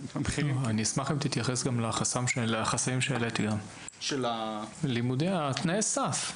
אני אשמח אם תתייחס גם לחסמים שהעליתי, תנאי הסף,